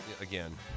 again